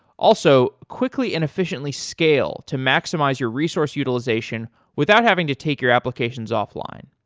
also, quickly and efficiently scale to maximize your resource utilization without having to take your applications off-line.